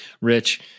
Rich